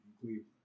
Cleveland